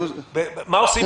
מה עושים איתו?